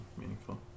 meaningful